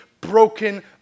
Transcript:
broken